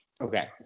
Okay